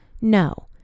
no